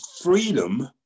freedom